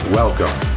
welcome